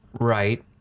Right